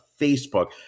Facebook